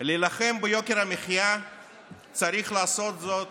"להילחם ביוקר המחיה צריך לעשות זאת